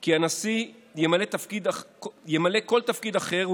כי הנשיא ימלא כל תפקיד אחר,